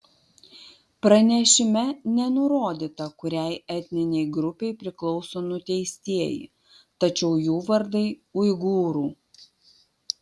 pranešime nenurodyta kuriai etninei grupei priklauso nuteistieji tačiau jų vardai uigūrų